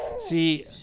See